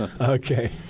Okay